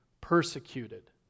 persecuted